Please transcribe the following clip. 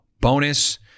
bonus